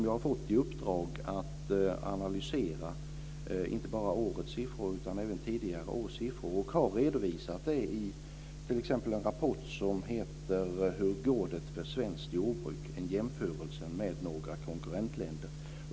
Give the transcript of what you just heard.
Jag har fått i uppdrag att analysera inte bara årets siffror utan även tidigare års siffror redovisade i en rapport som heter Hur går det för svenskt jordbruk - en jämförelse med några konkurrentländer.